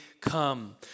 come